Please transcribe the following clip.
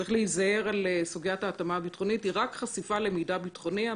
צריך להיזהר בסוגיית ההתאמה הביטחונית היא רק חשיפה למידע ביטחוני.